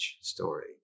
story